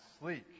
sleek